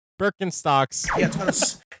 Birkenstocks